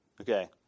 Okay